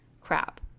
crap